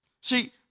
See